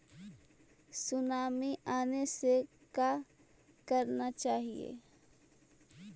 Tsunami आने से का करना चाहिए?